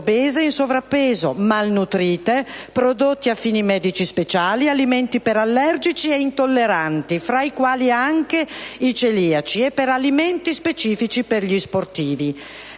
obese e in sovrappeso o malnutrite, nonché prodotti a fini medici speciali, alimenti per allergici e intolleranti, fra i quali anche i celiaci, e alimenti specifici per gli sportivi.